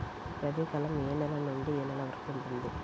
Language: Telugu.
రబీ కాలం ఏ నెల నుండి ఏ నెల వరకు ఉంటుంది?